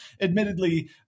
Admittedly